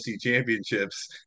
championships